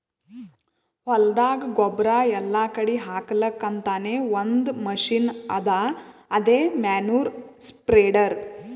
ಹೊಲ್ದಾಗ ಗೊಬ್ಬುರ್ ಎಲ್ಲಾ ಕಡಿ ಹಾಕಲಕ್ಕ್ ಅಂತಾನೆ ಒಂದ್ ಮಷಿನ್ ಅದಾ ಅದೇ ಮ್ಯಾನ್ಯೂರ್ ಸ್ಪ್ರೆಡರ್